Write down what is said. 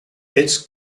its